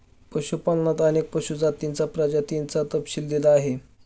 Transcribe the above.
पशुपालनात अनेक पशु जातींच्या प्रजातींचा तपशील दिला आहे